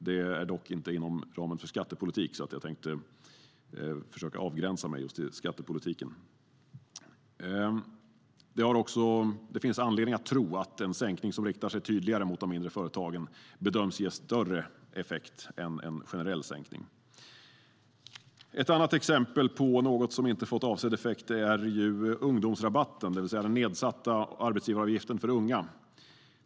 Det är dock inte inom ramen för skattepolitiken, som jag tänkte försöka avgränsa mig till. Ett annat exempel på något som inte fått avsedd effekt är ungdomsrabatten, det vill säga den nedsatta arbetsgivaravgiften för unga.